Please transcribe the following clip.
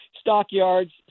stockyards